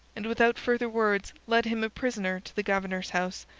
and without further words led him a prisoner to the governor's house,